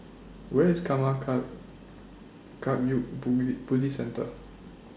Where IS Karma Kagyud Buddhist Centre